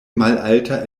malalta